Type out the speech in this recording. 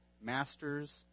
masters